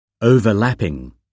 Overlapping